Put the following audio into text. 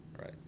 right